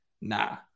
Nah